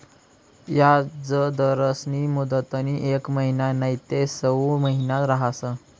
याजदरस्नी मुदतनी येक महिना नैते सऊ महिना रहास